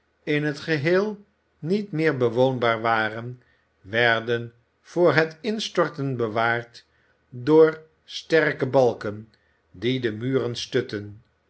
in het geheel niet meer bewoonbaar waren werden voor het instorten bewaard door sterke balken die de muren stutten